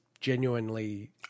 genuinely